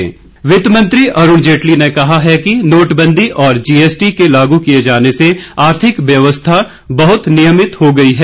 वित्त मंत्री वित्तमंत्री अरुण जेटली ने कहा है कि नोटबंदी और जी एस टी के लागू किए जाने से आर्थिक व्यवस्था बहत नियमित हो गई है